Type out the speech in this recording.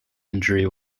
injury